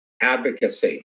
advocacy